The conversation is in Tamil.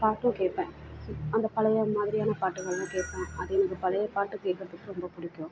பாட்டும் கேட்பேன் அந்த பழைய மாதிரியான பாட்டுங்களிலும் கேட்பேன் அது எனக்கு பழைய பாட்டு கேட்குறத்துக்கு ரொம்ப பிடிக்கும்